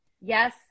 Yes